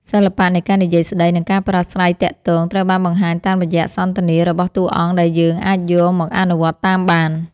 សិល្បៈនៃការនិយាយស្ដីនិងការប្រស្រ័យទាក់ទងត្រូវបានបង្ហាញតាមរយៈសន្ទនារបស់តួអង្គដែលយើងអាចយកមកអនុវត្តតាមបាន។